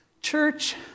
church